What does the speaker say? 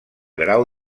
grau